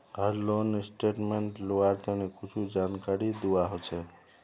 हर loan statement लुआर तने कुछु जानकारी दुआ होछे